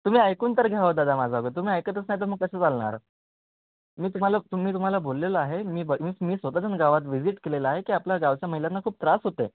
तुम्ही ऐकून तर घ्यावं दादा माजा अगो तुम्ही ऐकतच नाही तर मग कसं चालणार मी तुम्हाला तुम्ही तुम्हाला बोललेलो आहे मी ब मी स्वत जाऊन गावात विजिट केलेलं आहे की आपल्या गावच्या महिलांना खूप त्रास होते आहे